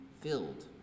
filled